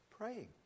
praying